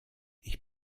ich